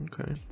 Okay